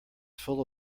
full